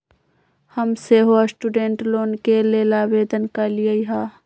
हम सेहो student loan के लेल आवेदन कलियइ ह